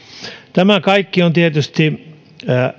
tämä on tietysti